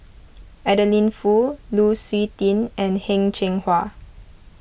Adeline Foo Lu Suitin and Heng Cheng Hwa